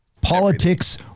Politics